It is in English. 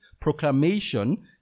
proclamation